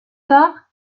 tard